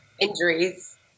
injuries